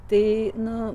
tai nu